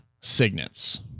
signets